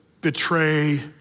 betray